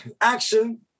action